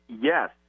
Yes